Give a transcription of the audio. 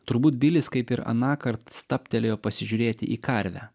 turbūt bilis kaip ir anąkart stabtelėjo pasižiūrėti į karvę